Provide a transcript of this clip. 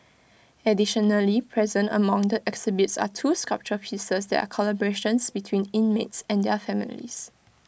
additionally present among the exhibits are two sculpture pieces that are collaborations between inmates and their families